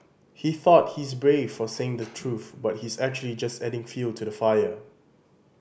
he thought he's brave for saying the truth but he's actually just adding fuel to the fire